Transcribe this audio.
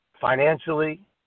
financially